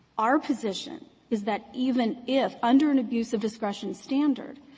our position is that even if under an abuse of discretion standard,